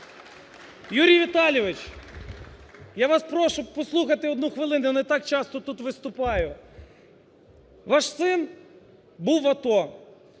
Юрій Віталійович, я вас прошу послухати одну хвилину, я не так часто тут виступаю. Ваш син був в АТО,